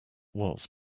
was